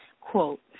Quote